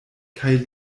kaj